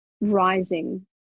rising